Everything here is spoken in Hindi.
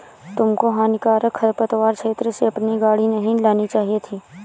तुमको हानिकारक खरपतवार क्षेत्र से अपनी गाड़ी नहीं लानी चाहिए थी